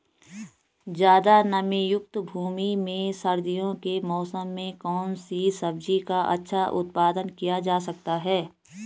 ज़्यादा नमीयुक्त भूमि में सर्दियों के मौसम में कौन सी सब्जी का अच्छा उत्पादन किया जा सकता है?